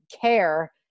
care